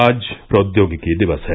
आज प्रौद्योगिकी दिवस है